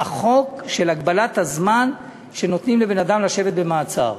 החוק של הגבלת הזמן שנותנים לאדם לשבת במעצר.